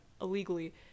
illegally